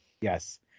Yes